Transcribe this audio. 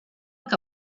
que